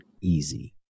easy